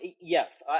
yes